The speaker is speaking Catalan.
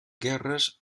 guerres